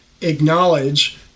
acknowledge